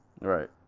Right